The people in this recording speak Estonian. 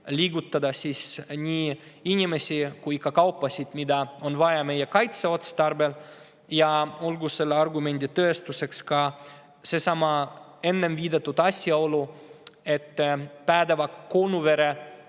liigutada nii inimesi kui ka kaupasid, mida on vaja meie kaitse otstarbel. Olgu selle argumendi tõestuseks ka seesama enne mainitud asjaolu, et Päädeva-Konuvere